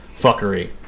fuckery